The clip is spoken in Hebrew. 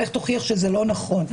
לך תוכיח שזה לא נכון.